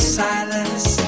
silence